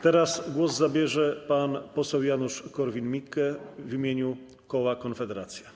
Teraz głos zabierze pan poseł Janusz Korwin-Mikke w imieniu koła Konfederacja.